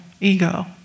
ego